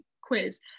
quiz